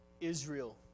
Israel